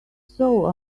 saw